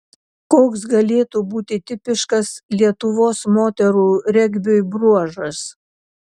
koks galėtų būti tipiškas lietuvos moterų regbiui bruožas